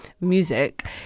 music